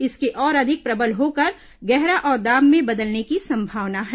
इसके और अधिक प्रबल होकर गहरा अवदाब में बदलने की संभावना है